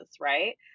right